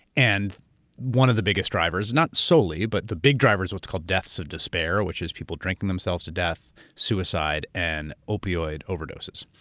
and one of the biggest drivers, not solely, but the big driver's what's called deaths of despair, which is people drinking themselves to death, suicide, and opioid overdoses.